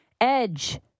Edge